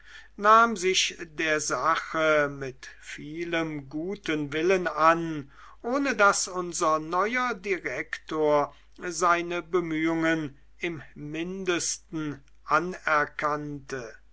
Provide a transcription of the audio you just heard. nahm sich der sache mit vielem guten willen an ohne daß unser neuer direktor seine bemühungen im mindesten anerkannte